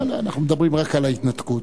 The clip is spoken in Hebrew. לא לא, אנחנו מדברים על ההתנתקות.